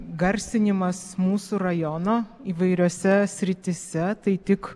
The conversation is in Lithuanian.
garsinimas mūsų rajono įvairiose srityse tai tik